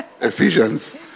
Ephesians